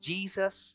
Jesus